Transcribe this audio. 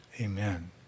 amen